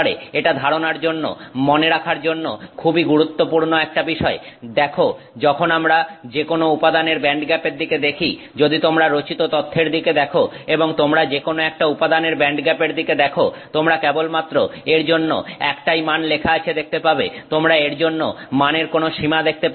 এটা ধারণার জন্য মনে রাখার জন্য খুবই গুরুত্বপূর্ণ একটা বিষয় দেখো যখন আমরা যেকোন উপাদানের ব্যান্ডগ্যাপের দিকে দেখি যদি তোমরা রচিত তথ্যের দিকে দেখো এবং তোমরা যেকোনো একটা উপাদানের ব্যান্ডগ্যাপের দিকে দেখো তোমরা কেবলমাত্র এর জন্য একটাই মান লেখা আছে দেখতে পাবে তোমরা এর জন্য মানের কোন সীমা দেখতে পাবে না